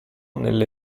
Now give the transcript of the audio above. nelle